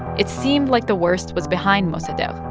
it seemed like the worst was behind mossadegh.